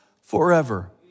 forever